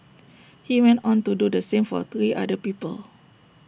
he went on to do the same for three other people